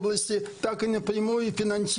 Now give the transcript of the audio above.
לתמיכה בארגונים